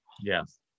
Yes